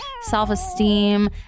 self-esteem